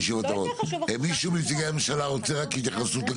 מישהו מנציגי הממשלה רוצה התייחסות?